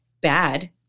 bad